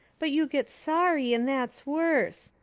but you get sorry, and that's worse.